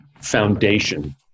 foundation